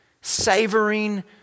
savoring